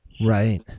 Right